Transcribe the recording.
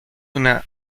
una